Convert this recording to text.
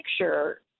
picture